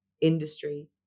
industry